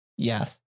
Yes